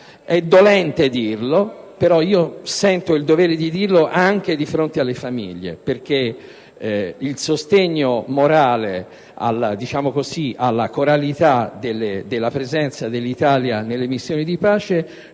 È dolente dirlo, però sento il dovere di farlo anche di fronte alle famiglie perché il sostegno morale alla coralità della presenza dell'Italia nelle missioni di pace